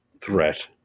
threat